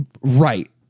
right